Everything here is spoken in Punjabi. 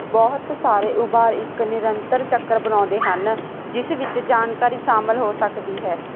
ਬਹੁਤ ਸਾਰੇ ਉਭਾਰ ਇੱਕ ਨਿਰੰਤਰ ਚੱਕਰ ਬਣਾਉਂਦੇ ਹਨ ਜਿਸ ਵਿੱਚ ਜਾਣਕਾਰੀ ਸ਼ਾਮਲ ਹੋ ਸਕਦੀ ਹੈ